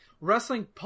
wrestling